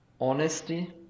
honesty